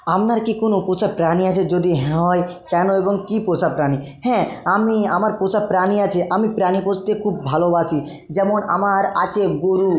আপনার কি কোনো পোষা প্রাণী আছে যদি হ্যাঁ হয় কেন এবং কী পোষা প্রাণী হ্যাঁ আমি আমার পোষা প্রাণী আছে আমি প্রাণী পুষতে খুব ভালোবাসি যেমন আমার আছে গোরু